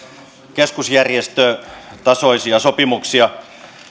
keskusjärjestötasoisia sopimuksia